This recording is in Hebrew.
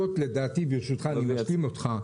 ברשותך, אני אשלים אותך.